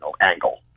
angle